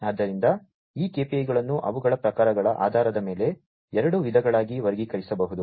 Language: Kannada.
ಆದ್ದರಿಂದ ಈ KPI ಗಳನ್ನು ಅವುಗಳ ಪ್ರಕಾರಗಳ ಆಧಾರದ ಮೇಲೆ ಎರಡು ವಿಧಗಳಾಗಿ ವರ್ಗೀಕರಿಸಬಹುದು